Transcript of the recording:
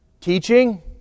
Teaching